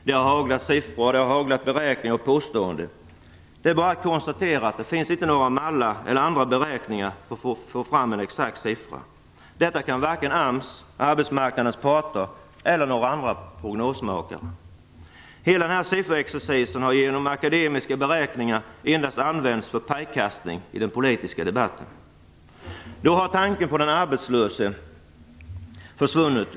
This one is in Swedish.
Det har haglat siffror, beräkningar och påståenden. Det är bara att konstatera att det inte finns några mallar eller andra beräkningar för att få fram en exakt siffra. Det kan varken AMS, arbetsmarknadens parter eller några andra prognosmakare göra. Hela den här sifferexercisen med akademiska beräkningar har endast använts för pajkastning i den politiska debatten. Tanken på den arbetslöse har försvunnit.